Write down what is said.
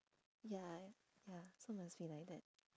ya ya so must be like that